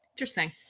Interesting